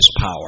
power